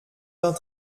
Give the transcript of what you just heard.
vingt